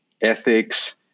ethics